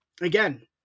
again